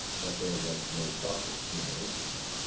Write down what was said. that there was no prophet seen in israel.